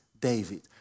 David